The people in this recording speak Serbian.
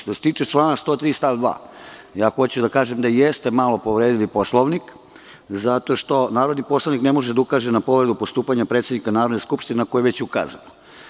Što se tiče člana 103. stav 2, hoću da kažem da jeste malo povredili Poslovnik, zato što narodni poslanik ne može da ukaže na povredu postupanja predsednika Narodne skupštine našta je već ukazano.